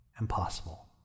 impossible